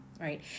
Right